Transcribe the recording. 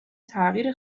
تغییر